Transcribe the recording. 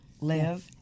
live